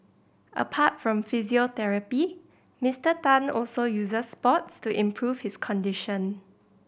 apart from physiotherapy Mister Tan also uses sports to improve his condition